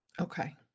Okay